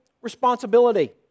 responsibility